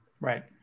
Right